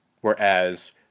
whereas